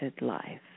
life